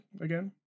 again